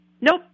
Nope